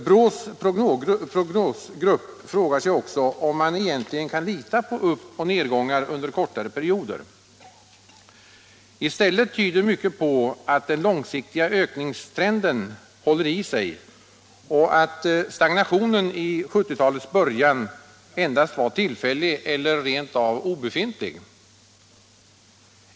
Brottsförebyggande rådets prognosgrupp frågar sig också, om man egentligen kan lita på uppoch nedgångar under kortare perioder. I stället tyder mycket på att den långsiktiga ökningstrenden håller i sig och att stagnationen i 1970-talets början var endast tillfällig eller rent av obefintlig.